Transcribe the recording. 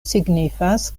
signifas